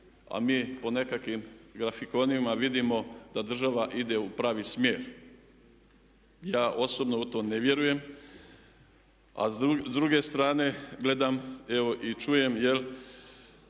a mi po nekakvim grafikonima vidimo da država ide u pravi smjer. Ja osobno u to ne vjerujem, a s druge strane gledam evo i čujem